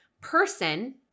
person